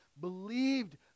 believed